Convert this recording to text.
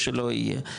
או שלא יהיה,